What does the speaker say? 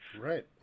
Right